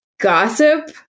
gossip